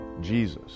Jesus